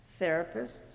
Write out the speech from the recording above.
therapists